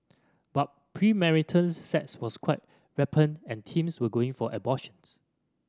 but premarital sex was quite rampant and teens were going for abortions